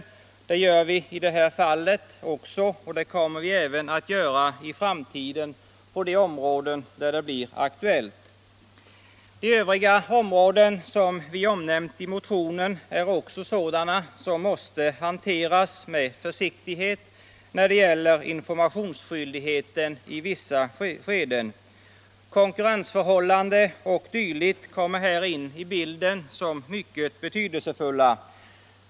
Det gör vi i det här fallet också, och det kommer vi att göra även i framtiden på de områden där det blir aktuellt. De övriga områden som vi omnämnt i motionen är också sådana som måste hanteras med försiktighet när det gäller informationsskyldighet i vissa skeden. Konkurrensförhållanden o. d. kommer här in i bilden som mycket betydelsefulla.